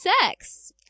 Sex